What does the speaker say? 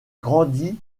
grandit